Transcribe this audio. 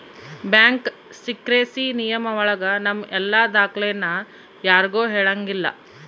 bank secrecy ನಿಯಮ ಒಳಗ ನಮ್ ಎಲ್ಲ ದಾಖ್ಲೆನ ಯಾರ್ಗೂ ಹೇಳಂಗಿಲ್ಲ